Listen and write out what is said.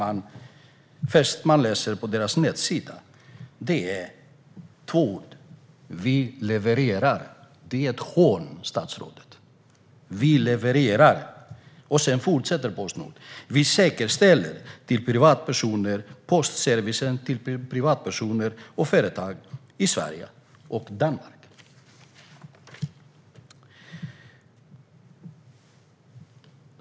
Man kan läsa på Postnords hemsida. Det är två ord: Vi levererar. Det är ett hån, statsrådet. Sedan fortsätter Postnord: Vi säkerställer postservicen till privatpersoner och företag i Sverige och Danmark.